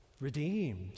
redeemed